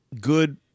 good